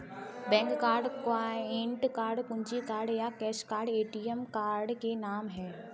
bank card, client card, कुंजी card या cash card ATM card के नाम है